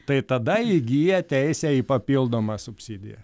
tai tada įgyja teisę į papildomą subsidiją